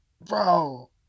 Bro